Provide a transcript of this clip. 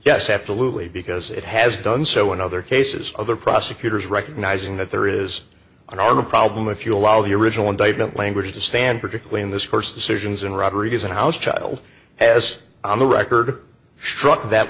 yes absolutely because it has done so in other cases other prosecutors recognizing that there is an arm a problem if you allow the original indictment language to stand particularly in this court's decisions and robberies and house child has on the record shrug that